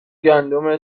گندم